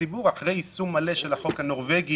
ציבור אחרי היישום המלא של החוק הנורווגי,